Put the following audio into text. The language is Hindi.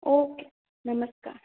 ओके नमस्कार